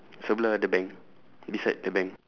sebelah the bank beside the bank